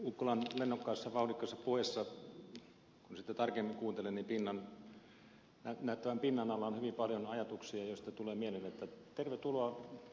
ukkolan lennokkaassa vauhdikkaassa puheessa kun sitä tarkemmin kuuntelin näyttävän pinnan alla on hyvin paljon ajatuksia joista tulee mieleen että tervetuloa sosialidemokraatteihin ed